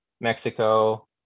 mexico